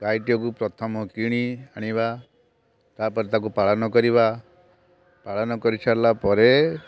ଗାଈଟାକୁ ପ୍ରଥମ କିଣି ଆଣିବା ତାପରେ ତାକୁ ପାଳନ କରିବା ପାଳନ କରିସାରିଲା ପରେ